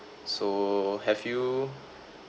so have you